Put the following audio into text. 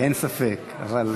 אין ספק, אבל,